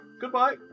goodbye